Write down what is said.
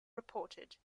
reported